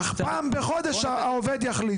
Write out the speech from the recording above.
אך פעם בחודש העובד יחליט.